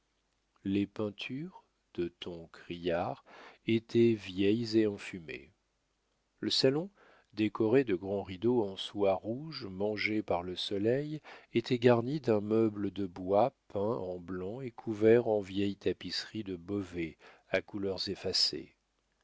les peintures de tons criards étaient vieilles et enfumées le salon décoré de grands rideaux en soie rouge mangée par le soleil était garni d'un meuble de bois peint en blanc et couvert en vieille tapisserie de beauvais à couleurs effacées